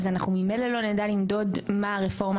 אז אנחנו ממילא לא נדע למדוד מה הרפורמה